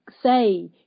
say